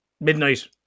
midnight